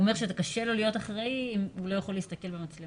הוא אומר שזה קשה לו להיות אחראי אם הוא לא יכול להסתכל במצלמה.